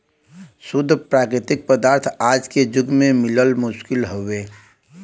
शुद्ध प्राकृतिक पदार्थ आज के जुग में मिलल मुश्किल हउवे